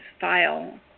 file